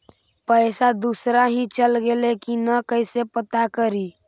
पैसा दुसरा ही चल गेलै की न कैसे पता करि?